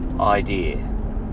idea